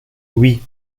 oui